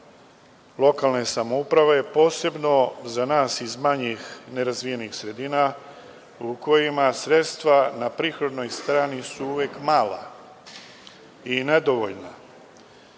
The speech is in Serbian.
lokalne samouprave posebno za nas iz manjih nerazvijenih sredina u kojima sredstva na prihodnoj strani su uvek mala i nedovoljna.